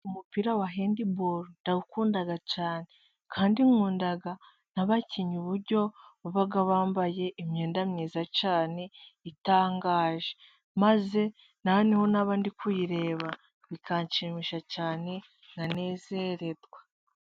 Umupira wa handibolo ndawukunda cyane, kandi nkunda n'abakinnyi uburyo baba bambaye imyenda myiza cyane itangaje. Maze noneho naba ndikuyireba bikanshimisha cyane nkanezererwa.